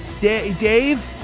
Dave